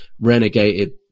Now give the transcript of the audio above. renegated